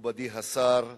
מכובדי השר,